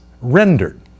rendered